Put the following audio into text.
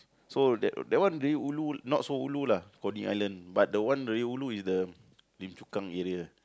so that that one really ulu not so ulu lah Coney-Island but that one really ulu is the Lim-Chu-Kang area